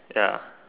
ya